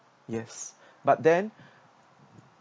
yes but then